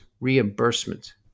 reimbursement